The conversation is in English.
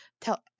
tell